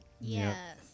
Yes